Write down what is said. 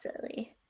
silly